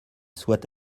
soit